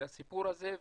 לסיפור הזה.